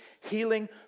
healing